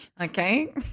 Okay